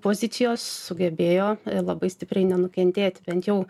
pozicijos sugebėjo labai stipriai nenukentėti bent jau